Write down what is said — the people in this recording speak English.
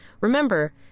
Remember